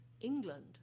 England